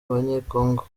abanyekongo